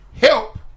help